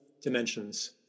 dimensions